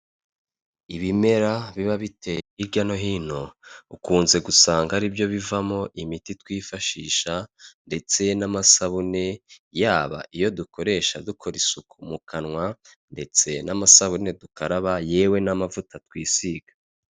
Ibimera biba biteye hirya no hino ukunze gusanga ari byo bivamo imiti twifashisha ndetse n'amasabune y'aba iyo dukoresha dukora isuku mu kanwa ndetse n'amasabune dukaraba yewe n'amavuta twisiga.